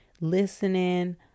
listening